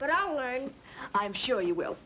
but i learned i'm sure you will